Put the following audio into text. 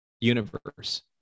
universe